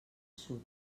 sud